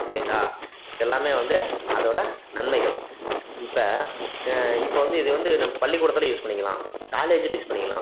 சரிங்களா இதெல்லாம் வந்து அதோடய நன்மைகள் இப்போ இப்போ வந்து இதை வந்து பள்ளிக்கூடத்தில் யூஸ் பண்ணிக்கலாம் காலேஜில் யூஸ் பண்ணிக்கலாம்